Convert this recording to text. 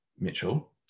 Mitchell